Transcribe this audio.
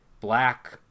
black